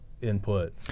input